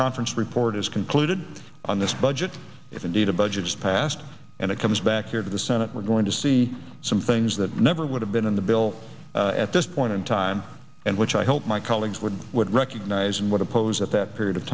conference report is concluded on this budget if indeed a budget is passed and it comes back here to the senate we're going to see some things that never would have been in the bill at this point in time and which i hope my colleagues would would recognize and would oppose at that period of